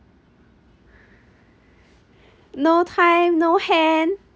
no time no hand